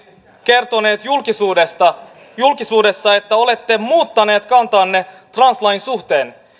kertonut julkisuudessa julkisuudessa että olette muuttanut kantaanne translain suhteen